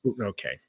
Okay